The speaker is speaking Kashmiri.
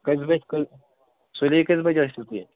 کٔژِ بَجہِ سُلی کٔژِ بَجہِ ٲسِو تُہۍ اَتہِ